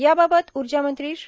याबाबत ऊर्जामंत्री श्री